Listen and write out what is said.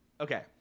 Okay